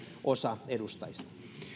osa sosiaalidemokraattien edustajista